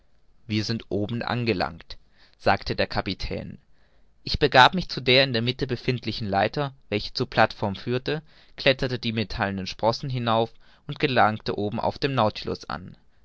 wir sind oben angelangt sagte der kapitän ich begab mich zu der in der mitte befindlichen leiter welche zur plateform führte kletterte die metallenen sprossen hinauf und gelangte oben auf dem nautilus an